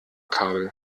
kabel